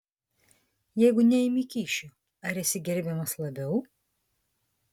jeigu neimi kyšių ar esi gerbiamas labiau